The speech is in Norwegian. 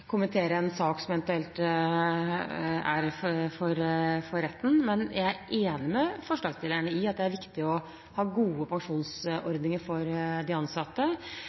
kommentere en sak som eventuelt er for retten, men jeg er enig med forslagsstillerne i at det er viktig å ha gode pensjonsordninger for de ansatte.